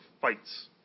fights